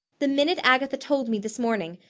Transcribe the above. the minute agatha told me this morning,